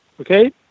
Okay